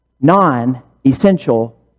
non-essential